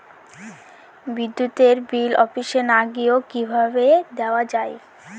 বিদ্যুতের বিল অফিসে না গিয়েও কিভাবে দেওয়া য়ায়?